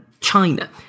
China